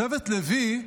שבט לוי,